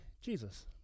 Jesus